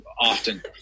often